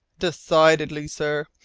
decidedly, sir,